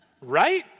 Right